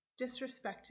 disrespected